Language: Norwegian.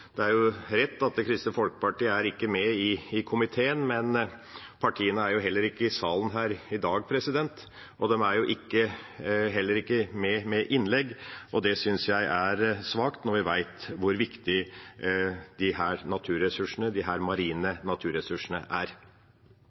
Det er rett at Kristelig Folkeparti ikke er med i komiteen, men partiene er heller ikke i salen her i dag, heller ikke med innlegg, og det synes jeg er svakt når vi vet hvor viktige disse marine naturressursene er. Jeg er glad for at regjeringspartiene Høyre og Fremskrittspartiet sier at en ikke prinsipielt er